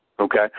Okay